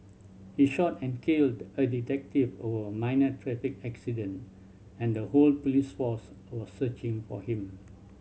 he shot and killed a detective over a minor traffic accident and the whole police force was searching for him